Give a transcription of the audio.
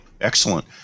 Excellent